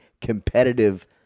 competitive